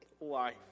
life